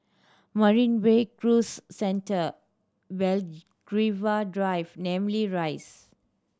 Marina Bay Cruise Centre Belgravia Drive Namly Rise